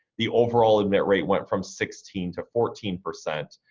the overall admit rate went from sixteen to fourteen percent.